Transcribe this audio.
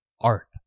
art